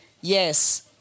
Yes